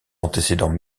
antécédents